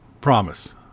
Promise